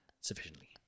sufficiently